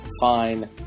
fine